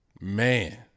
man